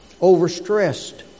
overstressed